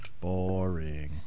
Boring